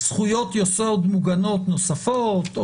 "זכויות יסוד מוגנות נוספות".